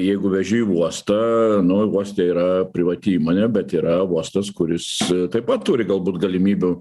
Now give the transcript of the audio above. jeigu veži į uostą nu uoste yra privati įmonė bet yra uostas kuris taip pat turi galbūt galimybių